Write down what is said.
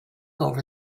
over